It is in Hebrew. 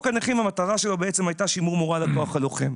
המטרה של חוק הנכים הייתה שימור מורל הכוח הלוחם.